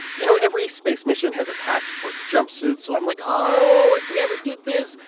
you know, every space mission has a patch for its jumpsuits. so i'm like oh, if we ever did this,